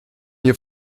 hier